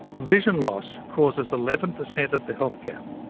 vision loss causes eleven percent of the health gap,